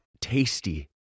tasty